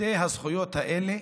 שתי הזכויות האלה,